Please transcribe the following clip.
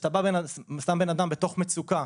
וכשאתה שם בן אדם בתוך מצוקה,